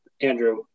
Andrew